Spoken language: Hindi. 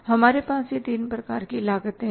हमारे पास यह तीन प्रकार की लागते हैं